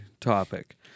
topic